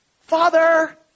Father